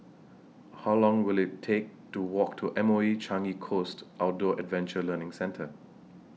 How Long Will IT Take to Walk to M O E Changi Coast Outdoor Adventure Learning Centre